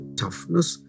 toughness